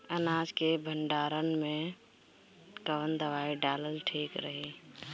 अनाज के भंडारन मैं कवन दवाई डालल ठीक रही?